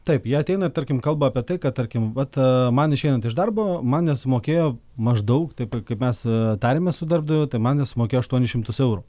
taip jie ateina ir tarkim kalba apie tai kad tarkim vat man išeinant iš darbo man nesumokėjo maždaug taip ir kaip mes tarėmės su darbdaviu tai man nesumokėjo aštuonis šimtus eurų